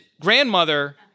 grandmother